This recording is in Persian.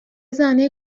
زنه